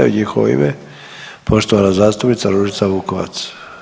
U njihovo ime, poštovana zastupnica Ružica Vukovac.